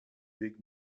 big